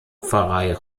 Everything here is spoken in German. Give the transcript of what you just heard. pfarrei